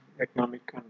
economic